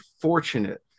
fortunate